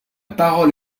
parole